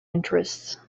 interests